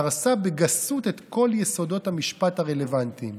"דרסה בגסות את כל יסודות המשפט הרלוונטיים".